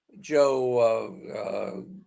joe